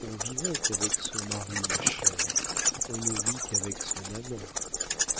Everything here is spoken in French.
on vivote avec son mari ma chère on ne vit qu'avec son amant